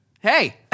hey